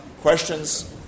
Questions